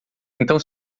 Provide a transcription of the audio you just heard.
então